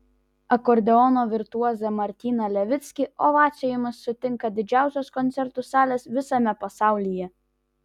akordeono virtuozą martyną levickį ovacijomis sutinka didžiausios koncertų salės visame pasaulyje